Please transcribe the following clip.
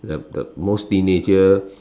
the the most teenager